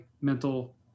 mental